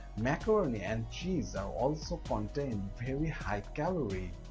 macaroni and cheese are also contains very high-calorie.